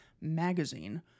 Magazine